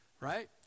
right